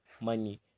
money